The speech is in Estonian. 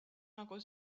nagu